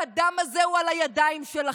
והדם הזה הוא על הידיים שלכם,